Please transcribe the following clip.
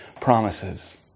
promises